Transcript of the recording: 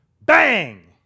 bang